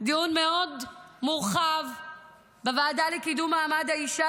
מאוד מורחב בוועדה לקידום מעמד האישה